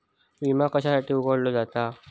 विमा कशासाठी उघडलो जाता?